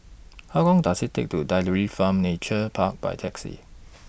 How Long Does IT Take to Dairy Farm Nature Park By Taxi